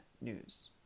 News